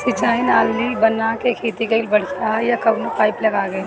सिंचाई नाली बना के खेती कईल बढ़िया ह या कवनो पाइप लगा के?